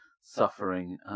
suffering